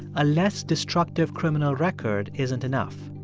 a less destructive criminal record isn't enough.